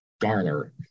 garner